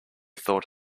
thought